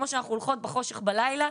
כמו שאנחנו הולכות בחושף בלילה,